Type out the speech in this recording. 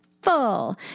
Full